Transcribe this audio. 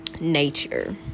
nature